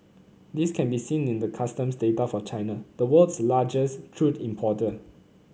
this can be seen in the customs data for China the world's largest crude importer